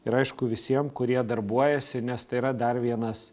ir aišku visiems kurie darbuojasi nes tai yra dar vienas